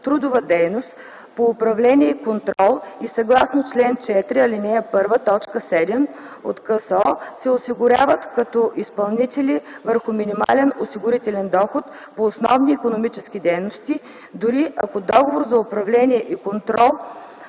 трудова дейност по управление и контрол и съгласно чл. 4, ал. 1, т. 7 от КСО се осигуряват като изпълнители върху минимален осигурителен доход по основни икономически дейности, дори ако договор за управление и контрол